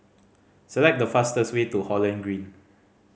select the fastest way to Holland Green